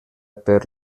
per